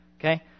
Okay